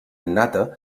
innata